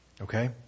Okay